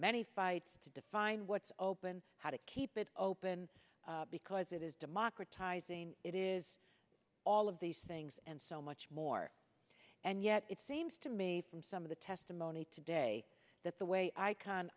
many fights to define what's open how to keep it open because it is democratizing it is all of these things and so much more and yet it seems to me from some of the testimony today that the way i c